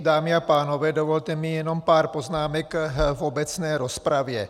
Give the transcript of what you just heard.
Dámy a pánové, dovolte mi jenom pár poznámek v obecné rozpravě.